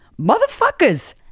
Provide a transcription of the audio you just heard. motherfuckers